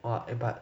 !wah! eh but